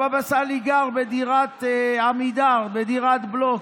הבבא סאלי גר בדירת עמידר, בדירת בלוק,